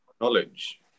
knowledge